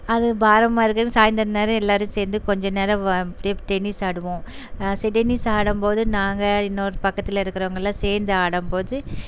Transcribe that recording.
அது பாரமாக இருக்கிறது சாய்ந்தரம் நேரம் எல்லோரும் சேர்ந்து கொஞ்சநேரம் அப்படியே டென்னிஸ் ஆடுவோம் டென்னிஸ் ஆடும் போது நாங்கள் இன்னொரு பக்கத்தில் இருக்கிறவங்கள்லாம் சேர்ந்து ஆடும்போது